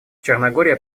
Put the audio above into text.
черногория